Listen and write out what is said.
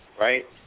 right